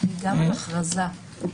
גם הכרזה.